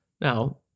Now